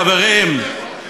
חברים,